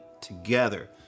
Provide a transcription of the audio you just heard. together